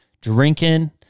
drinking